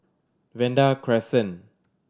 Vanda Crescent